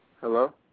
Hello